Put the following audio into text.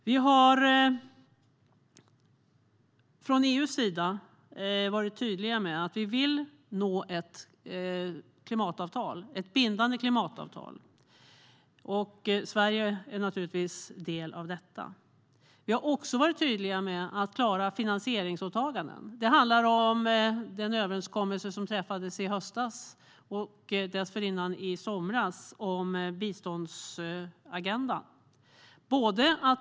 Vi har från EU:s sida varit tydliga med att vi vill nå ett bindande klimatavtal. Sverige är naturligtvis en del av detta. Vi har också varit tydliga med att klara finansieringsåtaganden. Det handlar om den överenskommelse som träffades i höstas, och dessförinnan i somras, om biståndsagendan.